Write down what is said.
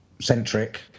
centric